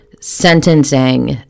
sentencing